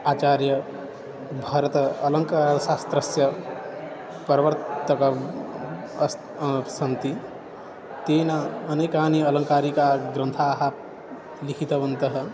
आचार्य भरतः अलङ्कारशास्त्रस्य प्रवर्तकः अस्ति सन्ति तेन अनेकानि अलङ्कारग्रन्थाः लिखितवन्तः